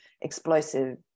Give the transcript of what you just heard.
explosive